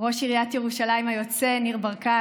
ראש עיריית ירושלים היוצא ניר ברקת,